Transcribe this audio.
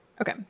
okay